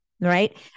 right